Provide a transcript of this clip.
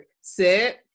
Sit